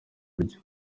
buryo